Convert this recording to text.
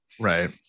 right